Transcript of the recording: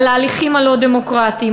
על ההליכים הלא-דמוקרטיים,